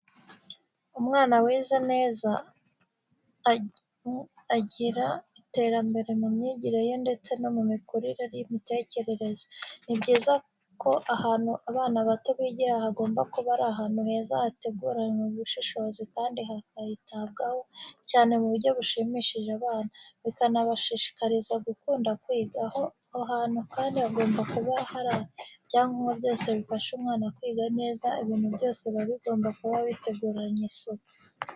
Umwana wize neza agira iterambere mu myigire ye ndetse no mu mikurire y'imitekerereze. Ni byiza ko ahantu abana bato bigira hagomba kuba ari ahantu heza hateguranwe ubushishozi kandi hakitabwaho cyane mu buryo bushimisha abana bikanabashishikariza gukunda kwiga. Aho hantu kandi hagomba kuba hari ibyangombwa byose bifasha umwana kwiga neza ibintu byose biba bigomba kuba biteguranwe isuku.